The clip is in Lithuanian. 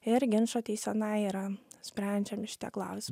ir ginčo teisena yra sprendžiami šitie klausimai